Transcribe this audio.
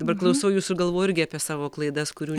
dabar klausau jūsų ir galvoju irgi apie savo klaidas kurių